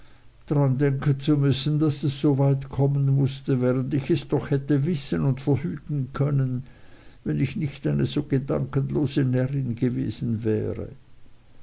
zu müssen daß es so weit kommen mußte während ich es doch hätte wissen und verhüten können wenn ich nicht eine so gedankenlose närrin gewesen wäre